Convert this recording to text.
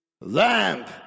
LAMP